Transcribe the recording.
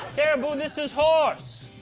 caribou this is horse.